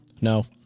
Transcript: no